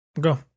Go